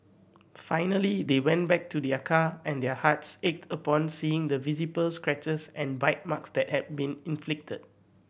finally they went back to their car and their hearts ached upon seeing the visible scratches and bite marks that had been inflicted